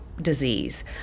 disease